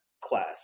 class